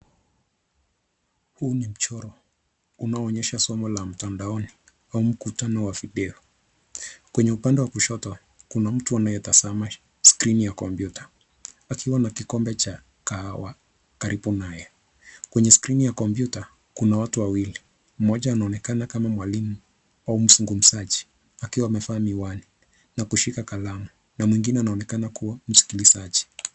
Huu ni mchoro unaonyesha somo la mtandaoni au mkutano wa video. Kwenye upande wa kushoto, kuna mtu anayetazama skrini ya kompyuta akiwa na kikombe cha kahawa karibu naye. Kwenye skrini ya kompyuta kuna watu wawili. Mmoja anaonakana kama mwalimu au mzungumzaji akiwa amevaa miwani na kushika kalamu na mwingine anaonekana kuwa msikilizaji.